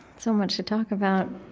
so much to talk about.